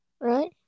Right